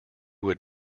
would